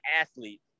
athlete